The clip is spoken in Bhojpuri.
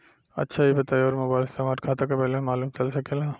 अच्छा ई बताईं और मोबाइल से हमार खाता के बइलेंस मालूम चल सकेला?